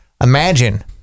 Imagine